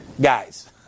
guys